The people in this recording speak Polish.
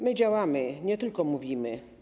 My działamy, nie tylko mówimy.